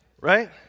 right